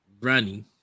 Running